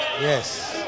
yes